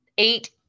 Eight